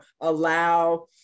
allow